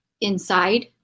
inside